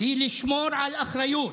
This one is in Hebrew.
היא לשמור על אחריות,